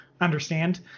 understand